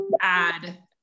add